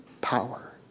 power